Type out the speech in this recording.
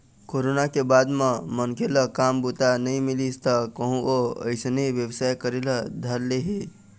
corona के बाद म मनखे ल काम बूता नइ मिलिस त वहूँ ह अइसने बेवसाय करे ल धर ले हे